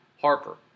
Harper